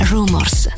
Rumors